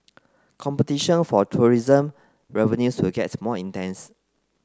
competition for tourism revenues will gets more intense